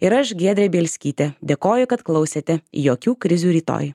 ir aš giedrė bielskytė dėkoju kad klausėte jokių krizių rytoj